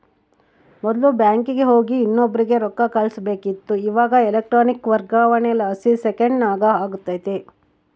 ಮೊದ್ಲು ಬ್ಯಾಂಕಿಗೆ ಹೋಗಿ ಇನ್ನೊಬ್ರಿಗೆ ರೊಕ್ಕ ಕಳುಸ್ಬೇಕಿತ್ತು, ಇವಾಗ ಎಲೆಕ್ಟ್ರಾನಿಕ್ ವರ್ಗಾವಣೆಲಾಸಿ ಸೆಕೆಂಡ್ನಾಗ ಆಗ್ತತೆ